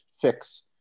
fix